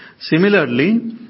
Similarly